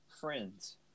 friends